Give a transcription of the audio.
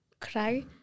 cry